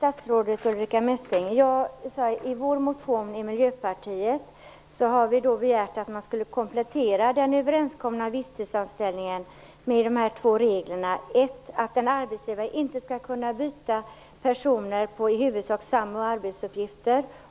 Fru talman! Miljöpartiet har i sin motion begärt att man skall komplettera den överenskomna visstidsanställningen med två regler. För det första skall en arbetsgivare inte kunna byta personer på i huvudsak samma arbetsuppgifter.